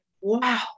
wow